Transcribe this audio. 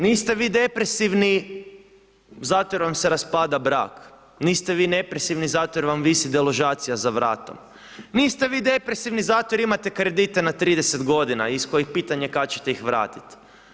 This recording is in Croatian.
Niste vi depresivni zato jer vam se raspada brak, niste vi depresivni zato jer vam visi deložacija za vratom, niste vi depresivni zato jer imate kredite 30 g. iz koje je pitanje kada ćete ih vratiti.